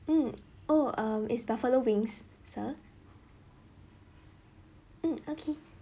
mm oh err is buffalo wings sir mm okay